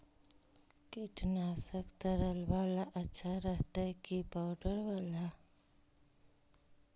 कीटनाशक तरल बाला अच्छा रहतै कि पाउडर बाला?